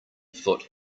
foot